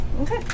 Okay